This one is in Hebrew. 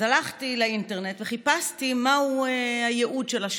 אז הלכתי לאינטרנט וחיפשתי מהו הייעוד של השב"כ.